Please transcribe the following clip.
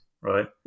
right